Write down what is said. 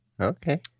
Okay